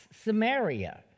Samaria